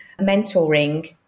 mentoring